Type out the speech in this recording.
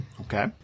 Okay